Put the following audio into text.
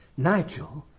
nigel.